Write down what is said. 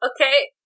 Okay